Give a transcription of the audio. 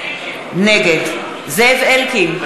נגד זאב אלקין,